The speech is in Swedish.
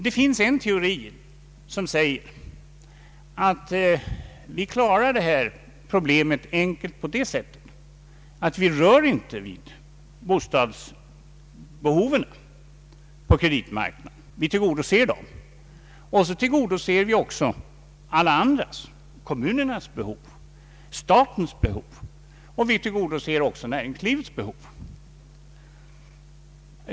Det finns en teori som säger att vi klarar problemet på ett mycket enkelt sätt genom att inte röra vid bostadsbe hoven på kreditmarknaden — vi tillgodoser dem på samma sätt som vi tillgodoser kommunernas, statens och även näringslivets behov genom att vidga kreditvolymen.